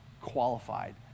qualified